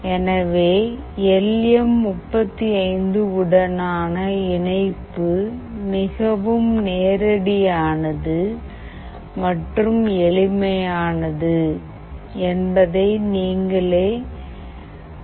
எனவே L M 35 உடனான இணைப்பு மிகவும் நேரடியானது மற்றும் எளிமையானது என்பதை நீங்கள் காணலாம்